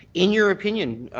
in your opinion,